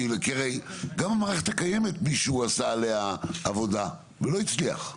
גם במערכת הקיימת מישהו עשה עליה עבודה ולא הצליח.